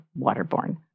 waterborne